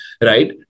right